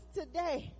today